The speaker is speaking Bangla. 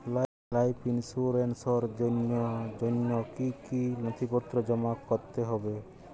লাইফ ইন্সুরেন্সর জন্য জন্য কি কি নথিপত্র জমা করতে হবে?